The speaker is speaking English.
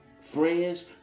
friends